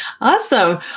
Awesome